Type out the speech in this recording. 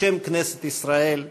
בשם כנסת ישראל וחבריה,